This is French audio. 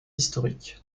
historique